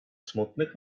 smutnych